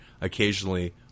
occasionally